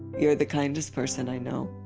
you're the kindest person i know.